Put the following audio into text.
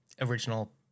original